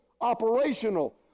operational